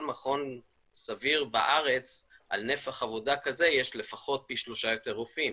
מכון סביר בארץ על נפח עבודה כזה יש לפחות פי שלושה יותר רופאים.